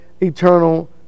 eternal